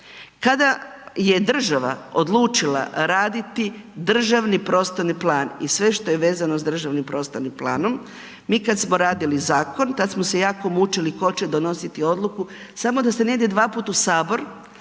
Kada je država odlučila raditi državni prostorni plan i sve što je vezano s državnim prostornim planom mi kad smo radili zakon, tad smo se jako mučili tko će donositi odluku, samo da se ne ide dvaput u Sabor